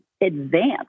advance